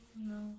No